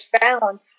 found